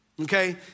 Okay